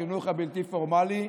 החינוך הבלתי-פורמלי,